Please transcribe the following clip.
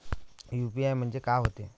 UPI म्हणजे का होते?